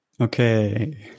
okay